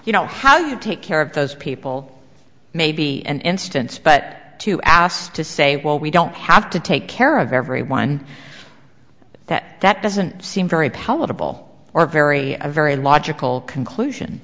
you know how you take care of those people may be an instance but to ask to say well we don't have to take care of every one that that doesn't seem very palatable or very very logical conclusion